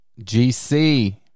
GC